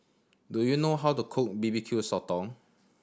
do you know how to cook B B Q Sotong